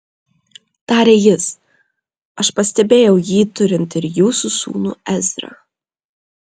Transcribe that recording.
tarė jis aš pastebėjau jį turint ir jūsų sūnų ezrą